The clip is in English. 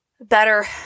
better